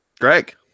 Greg